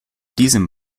diesem